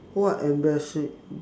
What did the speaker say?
what embarrassing